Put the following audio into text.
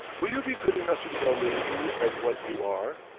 will you be good enough to tell me who and what you are?